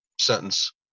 sentence